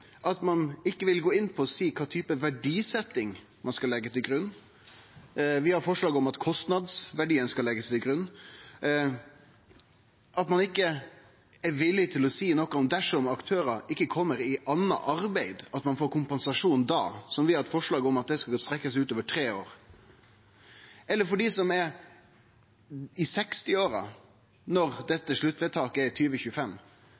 når ein ikkje vil gå inn på å seie kva type verdisetting ein skal leggje til grunn – vi har eit forslag om at kostnadsverdien skal leggjast til grunn. Ein er ikkje villig til å seie noko om at dersom aktørar ikkje kjem i anna arbeid, får dei kompensasjon – slik vi har eit forslag om: at det skal strekkast ut over tre år. Eller kva med dei som er i sekstiåra når